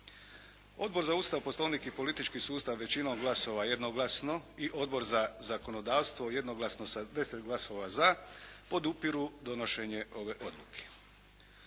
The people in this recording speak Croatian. Odbor za Ustav, Poslovnik i politički sustav većinom glasova, jednoglasno i Odbor za zakonodavstvo jednoglasno sa 10 glasova za, podupiru donošenje ove odluke.